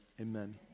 amen